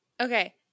Okay